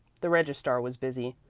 the registrar was busy.